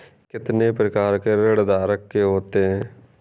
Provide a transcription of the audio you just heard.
कितने प्रकार ऋणधारक के होते हैं?